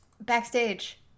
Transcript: Backstage